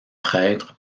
prêtre